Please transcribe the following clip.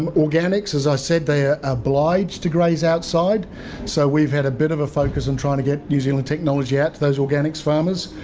um organics, as i said, they're obliged to graze outside so we've had a bit of a focus in trying to get new zealand technology out to those organics farmers.